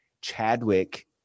Chadwick